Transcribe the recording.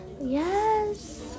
Yes